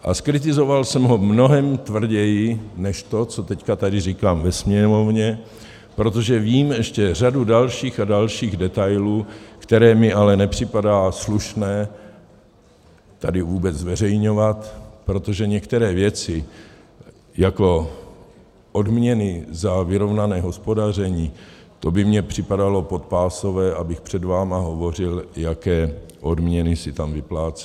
A zkritizoval jsem ho mnohem tvrději než to, co teď tady říkám ve Sněmovně, protože vím ještě řadu dalších a dalších detailů, které mi ale nepřipadá slušné tady vůbec zveřejňovat, protože některé věci jako odměny za vyrovnané hospodaření, to by mi připadalo podpásové, abych před vámi hovořil, jaké odměny si tam vypláceli.